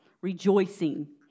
rejoicing